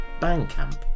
Bandcamp